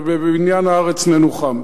ובבניין הארץ ננוחם.